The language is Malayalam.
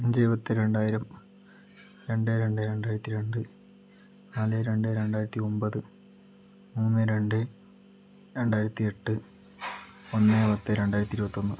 അഞ്ച് പത്ത് രണ്ടായിരം രണ്ട് രണ്ട് രണ്ടായിരത്തി രണ്ട് നാല് രണ്ട് രണ്ടായിരത്തി ഒമ്പത് മൂന്ന് രണ്ട് രണ്ടായിരത്തി എട്ട് ഒന്ന് പത്ത് രണ്ടായിരത്തി ഇരുപത്തൊന്ന്